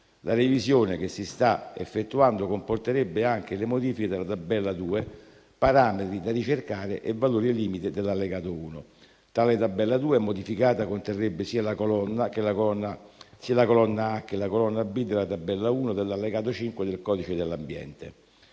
La revisione che si sta effettuando comporterebbe anche le modifiche della tabella 2, parametri da ricercare e valore limite dell'allegato 1. Tale tabella 2 modificata conterrebbe sia la colonna A che la colonna B della tabella 1 dell'allegato 5 del codice dell'ambiente.